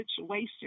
situation